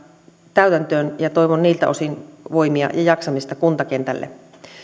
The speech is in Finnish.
täytäntöön toivon niiltä osin voimia ja jaksamista kuntakentälle